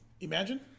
Imagine